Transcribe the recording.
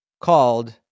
called